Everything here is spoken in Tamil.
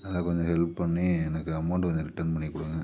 அதுதான் கொஞ்சம் ஹெல்ப் பண்ணி எனக்கு அமௌண்டு கொஞ்சம் ரிட்டன் பண்ணிக் கொடுங்க